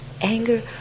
anger